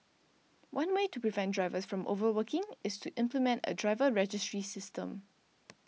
one way to prevent drivers from overworking is to implement a driver registry system